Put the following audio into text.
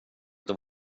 inte